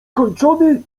kończony